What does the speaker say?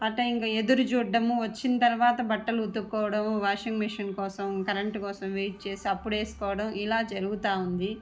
ఆ టైములో ఎదురు చూడటము వచ్చిన తరువాత బట్టలు ఉతుక్కోవడము వాషింగ్ మిషన్ కోసం కరెంటు కోసం వెయిట్ చేసి అప్పుడే వేసుకోవడం ఇలా జరుగుతూ ఉంది